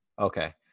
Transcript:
Okay